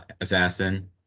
assassin